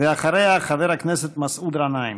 ואחריה, חבר הכנסת מסעוד גנאים.